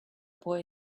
boy